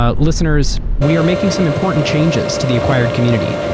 ah listeners, we are making some important changes to the acquired community.